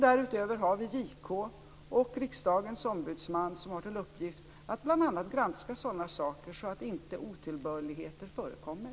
Därutöver har vi JK och riksdagens ombudsman som har till uppgift att bl.a. granska sådana här saker så att inga otillbörligheter förekommer.